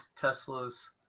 Tesla's